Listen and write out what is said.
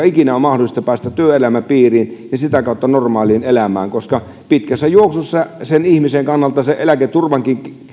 ikinä on mahdollista päästä työelämän piiriin ja sitä kautta normaaliin elämään koska pitkässä juoksussa ihmisen kannalta eläketurvan